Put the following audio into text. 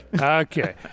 Okay